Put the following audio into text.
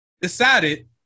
decided